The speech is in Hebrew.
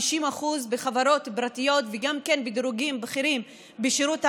על 50% בחברות פרטיות וגם בדירוגים בכירים בשירות המדינה,